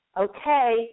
okay